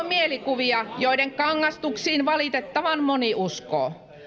mielikuvia joiden kangastuksiin valitettavan moni uskoo